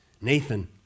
Nathan